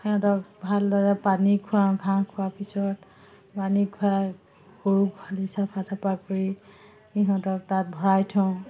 সিহঁতক ভালদৰে পানী খুৱাওঁ ঘাঁহ খোৱাৰ পিছত পানী খুৱাই গৰু গোহালি চাফা তাফা কৰি সিহঁতক তাত ভৰাই থওঁ